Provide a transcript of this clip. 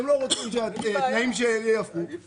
אם אתם לא רוצים שהתנאים ייאכפו אז